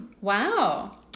Wow